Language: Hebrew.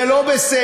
זה לא בסדר,